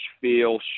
feel